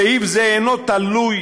סעיף זה אינו תלוי